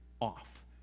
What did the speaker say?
off